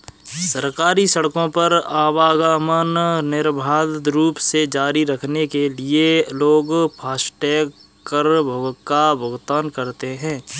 सरकारी सड़कों पर आवागमन निर्बाध रूप से जारी रखने के लिए लोग फास्टैग कर का भुगतान करते हैं